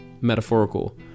metaphorical